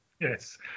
Yes